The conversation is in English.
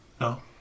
No